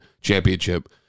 championship